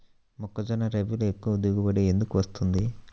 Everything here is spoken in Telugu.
మొక్కజొన్న రబీలో ఎక్కువ దిగుబడి ఎందుకు వస్తుంది?